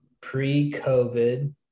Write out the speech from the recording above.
pre-covid